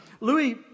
Louis